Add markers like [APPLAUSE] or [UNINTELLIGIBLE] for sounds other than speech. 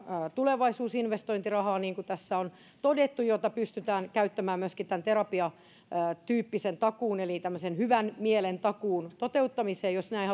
tulevaisuusinvestointirahaa niin kuin tässä on todettu jota pystytään käyttämään myöskin tämän terapiatakuutyyppisen takuun eli tämmöisen hyvän mielen takuun toteuttamiseen jos näin [UNINTELLIGIBLE]